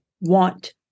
want